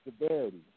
severity